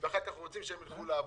ואחר כך רוצים שהם ילכו לעבוד.